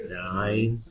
nine